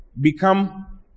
become